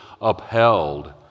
upheld